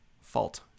fault